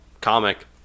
Comic